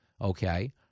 Okay